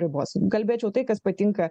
ribos kalbėčiau tai kas patinka